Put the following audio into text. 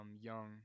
young